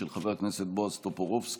של חבר הכנסת בועז טופורובסקי,